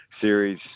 series